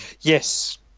Yes